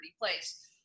Place